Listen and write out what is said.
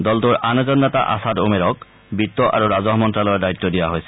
দলটোৰ আন এজন নেতা আছাদ ওমেৰক বিত্ত আৰু ৰাজহ মন্ত্যালয়ৰ দায়িত্ব দিয়া হৈছে